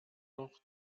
noch